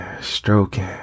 stroking